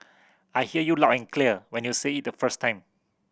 I hear you loud and clear when you said it the first time